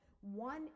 one